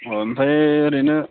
अ ओमफ्राय ओरैनो